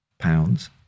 Pounds